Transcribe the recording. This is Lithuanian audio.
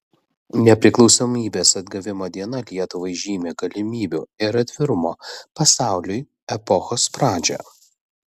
nepriklausomybės atgavimo diena lietuvai žymi galimybių ir atvirumo pasauliui epochos pradžią